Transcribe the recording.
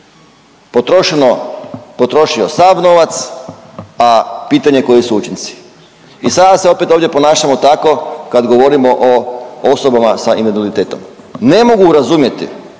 Potrošio sav novac, a pitanje koji su učinci. I sada se opet ovdje ponašamo tako kad govorimo o osobama sa invaliditetom. Ne mogu razumjeti